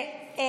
אני